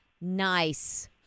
Nice